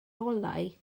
olau